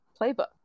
playbook